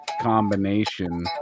combination